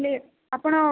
ହେଲେ ଆପଣ